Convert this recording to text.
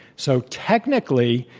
so technically,